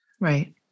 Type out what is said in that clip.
right